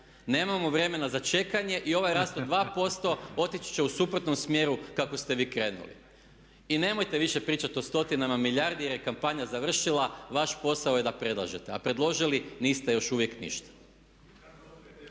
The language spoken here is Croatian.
Nemamo vremena za čekanje i ovaj rast od 2% otići će u suprotnom smjeru kako ste vi krenuli. I nemojte više pričati o stotinama milijardi jer je kampanja završila, vaš posao je da predlažete. A predložili niste još uvijek ništa.